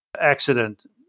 accident